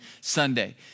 Sunday